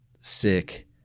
sick